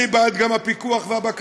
אני גם בעד פיקוח ובקרה,